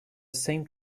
same